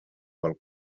qual